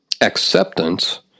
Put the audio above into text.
Acceptance